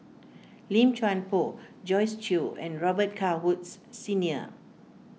Lim Chuan Poh Joyce Jue and Robet Carr Woods Senior